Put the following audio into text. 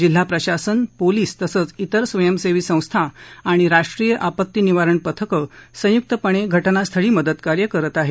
जिल्हा प्रशासन पोलीस इतर स्वयंसेवी संस्था आणि राष्ट्रीय आपत्ती निवारण पथकं संयुक्तपणे घ जास्थळी मदत कार्य करत आहेत